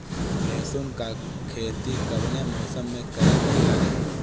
लहसुन क खेती कवने मौसम में कइल बढ़िया रही?